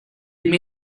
may